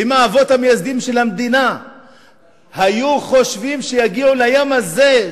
ואם האבות המייסדים של המדינה היו חושבים שנגיע ליום הזה,